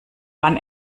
wann